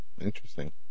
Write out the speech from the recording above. Interesting